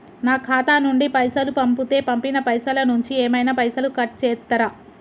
నా ఖాతా నుండి పైసలు పంపుతే పంపిన పైసల నుంచి ఏమైనా పైసలు కట్ చేత్తరా?